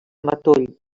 matoll